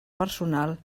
personal